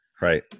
Right